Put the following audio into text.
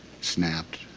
snapped